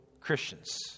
Christians